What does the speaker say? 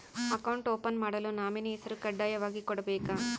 Account open ಮಾಡಲು nominee ಹೆಸರು ಕಡ್ಡಾಯವಾಗಿ ಕೊಡಬೇಕಾ?